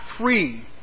free